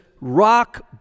rock